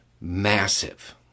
Massive